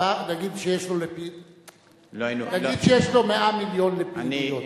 נגיד שיש לו 100 מיליון לפעילויות,